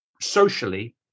socially